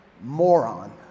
moron